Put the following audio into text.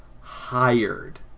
hired